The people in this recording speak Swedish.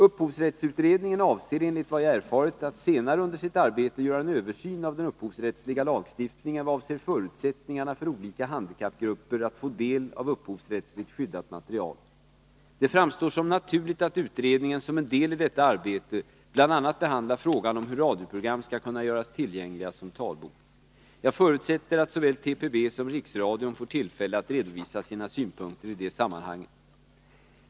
Upphovsrättsutredningen avser enligt vad jag erfarit att senare under sitt arbete göra en översyn av den upphovsrättsliga lagstiftningen vad avser förutsättningarna för olika handikappgrupper att få del av upphovsrättsligt skyddat material. Det framstår som naturligt att utredningen som en del i detta arbete bl.a. behandlar frågan om hur radioprogram skall kunna göras tillgängliga som talbok. Jag förutsätter att såväl TPB som Riksradion får tillfälle att redovisa sina synpunkter i det sammanhanget.